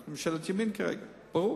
אנחנו ממשלת ימין כרגע, ברור.